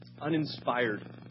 uninspired